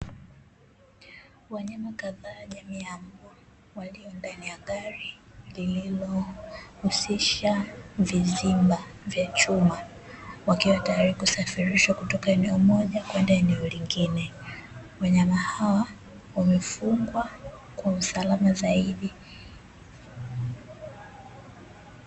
Wanyama kadhaa jamii ya mbwa, walio ndani ya gari lililohusisha vizimba vya chuma, wakiwa tayari kusafirirshwa kutoka eneo moja kwenda lingine. Wanyama hawa wamefungwa kwa usalama zaidi.